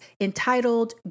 entitled